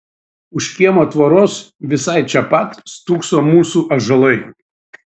už kiemo tvoros visai čia pat stūkso mūsų ąžuolai